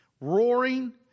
roaring